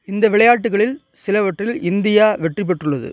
இந்த விளையாட்டுகளில் சிலவற்றில் இந்தியா வெற்றி பெற்றுள்ளது